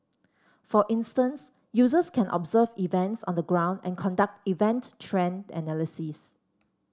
for instance users can observe events on the ground and conduct event trend analysis